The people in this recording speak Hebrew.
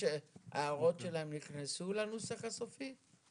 ההערות שלהם נכנסו לנוסח הסופי?